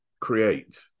create